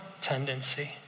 tendency